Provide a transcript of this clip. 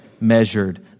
measured